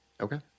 Okay